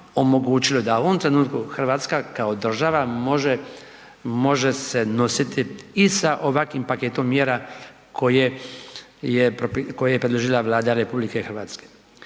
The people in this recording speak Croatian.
omogućilo da u ovom trenutku Hrvatska kao država može se nositi i sa ovakvim paketom mjera koje je predložila Vlada RH.